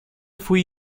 fui